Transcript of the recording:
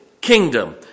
kingdom